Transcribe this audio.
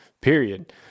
period